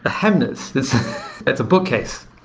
ah hamnes, it's a book case.